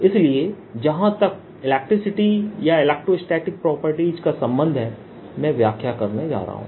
इसलिए जहां तक इलेक्ट्रिसिटी या इलेक्ट्रोस्टैटिक प्रॉपर्टीज का संबंध है मैं व्याख्या करने जा रहा हूं